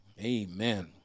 Amen